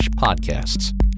podcasts